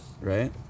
right